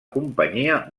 companyia